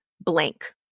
blank